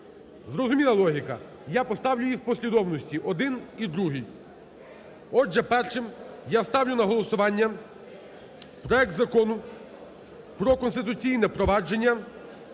Зрозуміла логіка? Я поставлю їх в послідовності один і другий. Отже, першим я ставлю на голосування проект Закону про Конституційне провадження